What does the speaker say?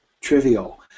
trivial